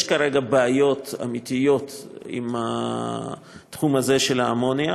יש כרגע בעיות אמיתיות עם התחום הזה של האמוניה